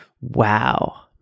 Wow